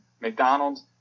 McDonald's